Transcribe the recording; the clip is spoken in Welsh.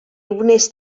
wnest